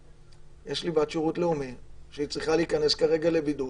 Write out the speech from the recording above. יש לי בת שירות לאומי שהיא צריכה להיכנס כרגע לבידוד